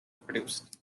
produced